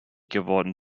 geworden